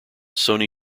sony